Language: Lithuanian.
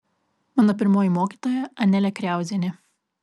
mano pirmoji mokytoja anelė kriauzienė